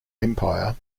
empire